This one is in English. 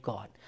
God